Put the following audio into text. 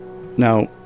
Now